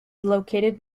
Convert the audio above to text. located